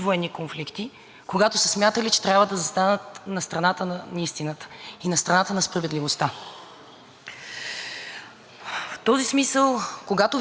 този смисъл, когато вярваш в определена кауза, когато вярваш в свободата, заставаш на тази страна, защото тогава неутралитет не може да има,